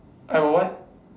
I will what